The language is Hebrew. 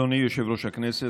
אדוני יושב-ראש הכנסת,